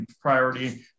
priority